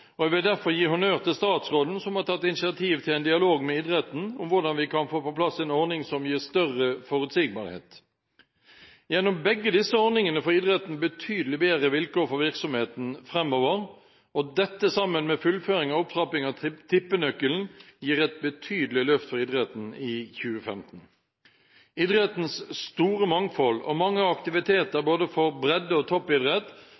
år. Jeg vil derfor gi honnør til statsråden, som har tatt initiativ til en dialog med idretten om hvordan vi kan få på plass en ordning som gir større forutsigbarhet. Gjennom begge disse ordningene får idretten betydelig bedre vilkår for virksomheten framover. Dette, sammen med fullføring av opptrappingen av tippenøkkelen, gir et betydelig løft for idretten i 2015. Idrettens store mangfold og mange aktiviteter både for bredde og for toppidrett